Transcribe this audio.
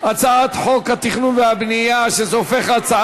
הצעת חוק התכנון והבנייה (תיקון,